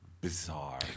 bizarre